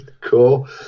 cool